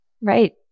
right